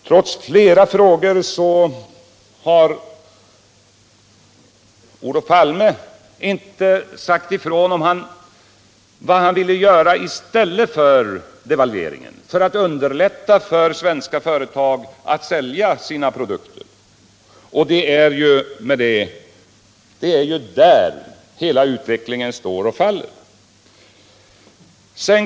Trots flera frågor har Olof Palme inte sagt ifrån, vad han ville göra i stället för devalveringen för att underlätta för svenska företag att sälja sina produkter. Det är ju där hela utvecklingen står och faller.